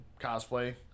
cosplay